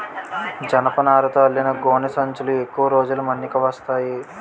జనపనారతో అల్లిన గోనె సంచులు ఎక్కువ రోజులు మన్నిక వస్తాయి